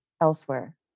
elsewhere